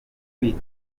kwita